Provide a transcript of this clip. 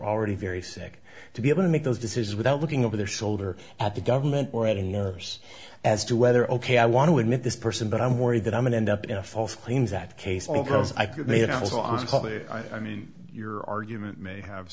already very sick to be able to make those decisions without looking over their shoulder at the government or at a nurse as to whether ok i want to admit this person but i'm worried that i'm an end up in a false claims that case over as i could mean you know i mean your argument may have